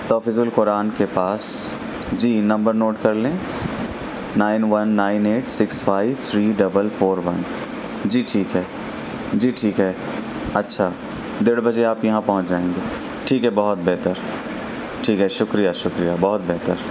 تحفیظ القرآن کے پاس جی نمبر نوٹ کر لیں nine one nine eight six five three double four one جی ٹھیک ہے جی ٹھیک ہے اچھا ڈیرھ بجے آپ یہاں پہنچ جائیں گے ٹھیک ہے بہت بہتر ٹھیک ہے شکریہ شکریہ بہت بہتر